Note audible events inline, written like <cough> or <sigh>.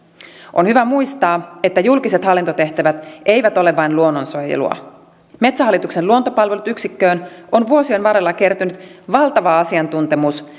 on hyvä muistaa että julkiset hallintotehtävät eivät ole vain luonnonsuojelua metsähallituksen luontopalvelut yksikköön on vuosien varrella kertynyt valtava asiantuntemus <unintelligible>